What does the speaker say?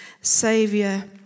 Savior